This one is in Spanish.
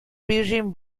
virgin